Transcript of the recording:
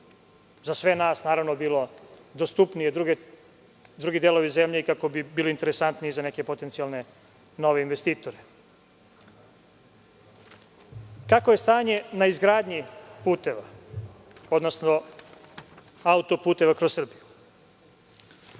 za sve nas naravno bilo dostupniji drugi delovi zemlje, kako bi bili interesantniji za neke potencijalne nove investitore. Kakvo je stanje na izgradnji puteva, odnosno autoputeva kroz Srbiju“?